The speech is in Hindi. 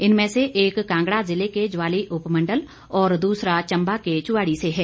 इनमें से एक कांगड़ा जिले के ज्वाली उपमंडल व दूसरा चंबा के चुवाड़ी से है